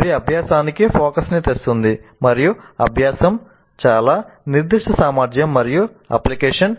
ఇది అభ్యాసానికి ఫోకస్ ని తెస్తుంది మరియు అభ్యాసం చాలా నిర్దిష్ట సామర్థ్యం మరియు అప్లికేషన్